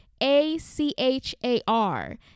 a-c-h-a-r